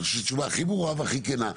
אני חושב שזו תשובה הכי ברורה והכי כנה,